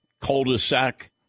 cul-de-sac